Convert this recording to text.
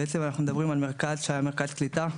בעצם אנחנו מדברים על מרכז שהיה מרכז קליטה,